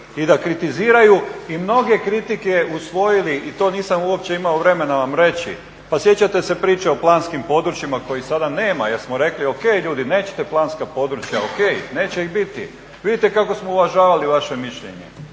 i da kritiziraju i mnoge kritike usvojili i to nisam uopće imao vremena vam reći. Pa sjećate se priče o planskim područjima kojih sada nema jer smo rekli, ok, ljudi, nećete planska područja, ok, neće ih biti. Vidite kako smo uvažavali vaše mišljenje.